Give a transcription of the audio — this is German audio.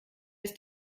ist